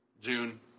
June